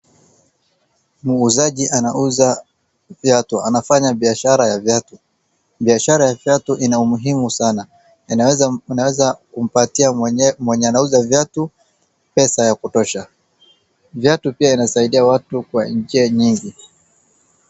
Muuzaji anauza viatu. Anafanya biashara ya viatu. Inaumuhimu sana, inaweza kumpatia mwenye anauza viatu pesa yakutosha. Viatu pia inasaidia watu kwa njia nyingi.